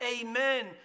amen